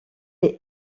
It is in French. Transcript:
est